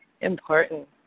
important